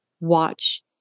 watch